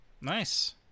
Nice